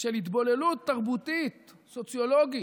של התבוללות תרבותית, סוציולוגית,